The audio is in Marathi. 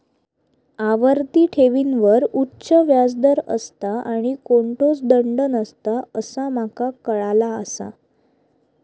आवर्ती ठेवींवर उच्च व्याज दर असता आणि कोणतोच दंड नसता असा माका काळाला आसा